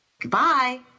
goodbye